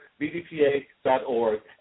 bdpa.org